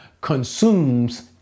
consumes